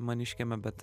maniškiame bet